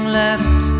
left